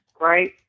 right